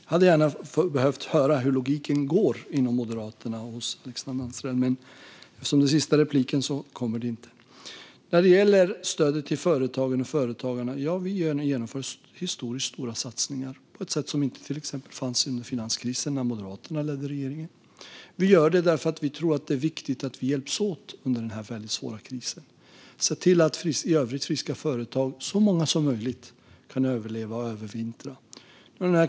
Jag hade behövt höra hur logiken är inom Moderaterna, men eftersom detta är sista inlägget får jag inte det. När det gäller stödet till företagen och företagarna genomför vi historiskt stora satsningar på ett sätt som man till exempel inte gjorde under finanskrisen när Moderaterna ledde regeringen. Vi gör detta därför att vi tror att det är viktigt att vi hjälps åt under denna väldigt svåra kris. Det handlar om att se till att i övrigt friska företag, så många som möjligt, kan överleva och övervintra.